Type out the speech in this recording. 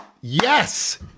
Yes